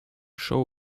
show